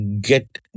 get